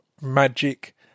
magic